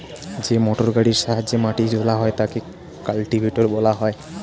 যে মোটরগাড়ির সাহায্যে মাটি তোলা হয় তাকে কাল্টিভেটর বলা হয়